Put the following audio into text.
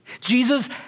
Jesus